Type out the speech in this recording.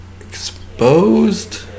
exposed